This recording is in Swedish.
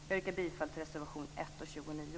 Jag yrkar bifall till reservationerna 1 och 29.